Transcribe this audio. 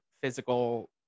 physical